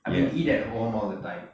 I mean eat at home all the time